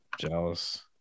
Jealous